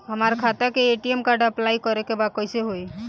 हमार खाता के ए.टी.एम कार्ड अप्लाई करे के बा कैसे होई?